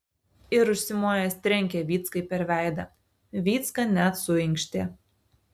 ir užsimojęs trenkė vyckai per veidą vycka net suinkštė